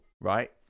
right